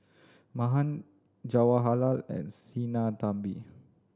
Mahan Jawaharlal and Sinnathamby